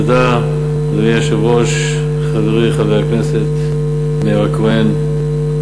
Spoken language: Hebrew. אדוני היושב-ראש, חברי חבר הכנסת מאיר כהן,